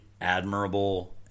admirable